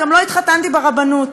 גם לא התחתנתי ברבנות.